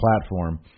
platform